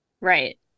right